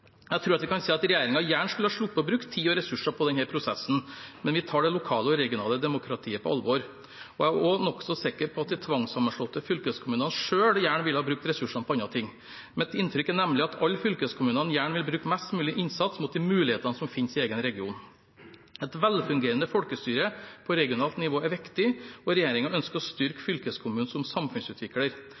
Jeg tror jeg kan si at regjeringen gjerne skulle ha sluppet å bruke tid og ressurser på denne prosessen, men vi tar det lokale og regionale demokratiet på alvor. Jeg er også nokså sikker på at de tvangssammenslåtte fylkeskommunene selv gjerne ville ha brukt ressursene på andre ting. Mitt inntrykk er nemlig at alle fylkeskommunene gjerne vil bruke mest mulig innsats mot de mulighetene som finnes i egen region. Et velfungerende folkestyre på regionalt nivå er viktig, og regjeringen ønsker å styrke fylkeskommunen som samfunnsutvikler.